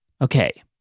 Okay